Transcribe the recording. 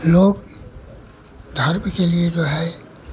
लोग धर्म के लिए जो है